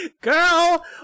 girl